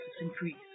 increase